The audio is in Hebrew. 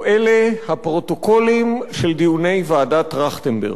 הפרוטוקולים של דיוני ועדת-טרכטנברג.